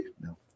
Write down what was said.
No